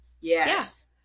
Yes